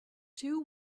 two